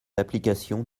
d’application